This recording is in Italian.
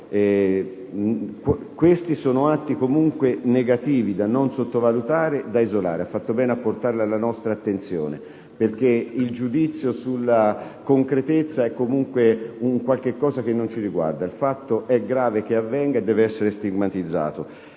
Questi sono atti negativi da non sottovalutare e da isolare. Ha fatto bene a portarli alla nostra attenzione. Il giudizio sulla concretezza è qualcosa che non ci riguarda: il fatto è grave che avvenga e deve essere stigmatizzato.